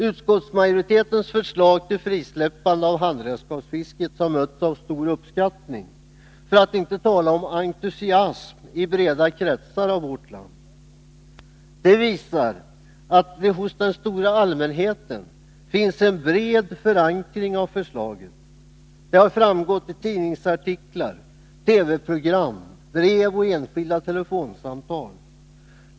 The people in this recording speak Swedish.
Utskottsmajoritetens förslag till frisläppande av handredskapsfisket har mötts av stor uppskattning för att inte tala om entusiasm i breda kretsar av vårt land. Det visar att förslaget har en bred förankring hos den stora allmänheten. Det har framkommit i tidningsartiklar, TV-program, brev och enskilda telefonsamtal.